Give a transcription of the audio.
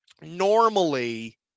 normally